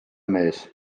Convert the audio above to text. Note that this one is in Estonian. mees